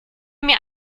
mir